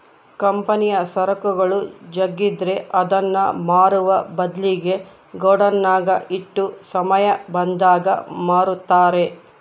ಕಂಪನಿಯ ಸರಕುಗಳು ಜಗ್ಗಿದ್ರೆ ಅದನ್ನ ಮಾರುವ ಬದ್ಲಿಗೆ ಗೋಡೌನ್ನಗ ಇಟ್ಟು ಸಮಯ ಬಂದಾಗ ಮಾರುತ್ತಾರೆ